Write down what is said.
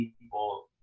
People